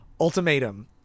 ultimatum